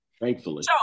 Thankfully